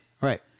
right